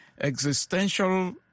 Existential